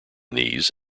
these